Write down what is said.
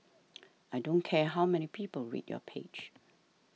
I don't care how many people read your page